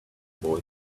boy